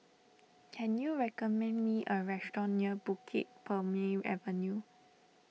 can you recommend me a restaurant near Bukit Purmei Avenue